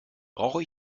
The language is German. brauche